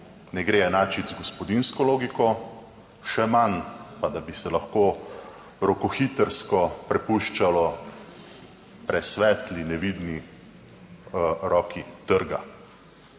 ne gre enačiti z gospodinjsko logiko, še manj pa, da bi se lahko rokohitrsko prepuščalo presvetli, nevidni roki trga.